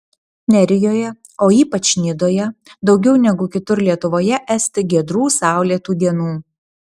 nerijoje o ypač nidoje daugiau negu kitur lietuvoje esti giedrų saulėtų dienų